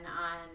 on